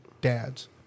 dads